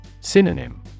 Synonym